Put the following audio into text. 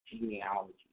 genealogy